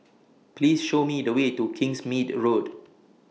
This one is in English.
Please Show Me The Way to Kingsmead Road